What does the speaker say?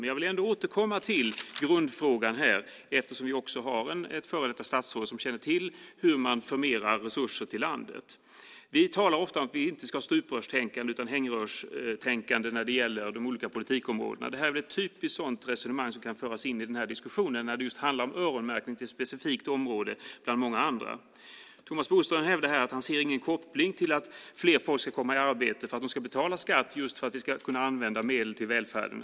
Men jag vill ändå återkomma till grundfrågan eftersom vi också har ett före detta statsråd som känner till hur man förmerar resurser till landet. Vi talar ofta om att vi inte ska ha stuprörstänkande utan hängrännetänkande när det gäller de olika politikområdena. Det här är ett typiskt resonemang som kan föras in i diskussionen när det handlar om öronmärkning till ett specifikt område bland många andra. Thomas Bodström hävdar här att han inte ser någon koppling till att fler människor ska komma i arbete och betala skatt för att ge medel som kan användas till välfärden.